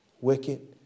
wicked